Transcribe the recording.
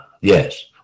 yes